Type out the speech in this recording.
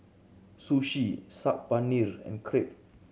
Sushi Saag Paneer and Crepe